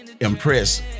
Impress